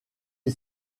est